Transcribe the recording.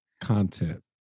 content